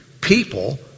people